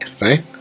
Right